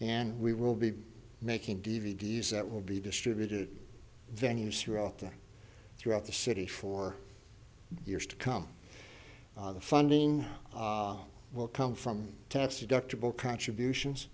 and we will be making d v d s that will be distributed venues through out there throughout the city for years to come the funding will come from tax deductible contributions